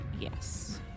Yes